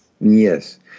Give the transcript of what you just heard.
Yes